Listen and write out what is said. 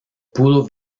pudo